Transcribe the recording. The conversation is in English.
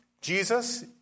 Jesus